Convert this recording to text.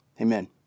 amen